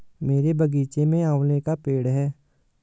मेरे बगीचे में आंवले का पेड़ है